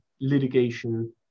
litigation